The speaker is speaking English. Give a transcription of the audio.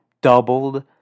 Doubled